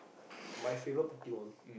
my favorite Pokemon